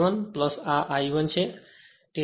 7 આ I 1 છે